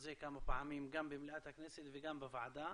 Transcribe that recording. זה כמה פעמים גם במליאת הכנסת וגם בוועדה.